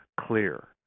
clear